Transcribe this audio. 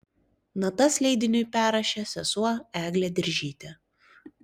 natas leidiniui perrašė sesuo eglė diržytė